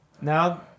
Now